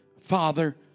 Father